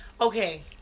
Okay